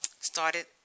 started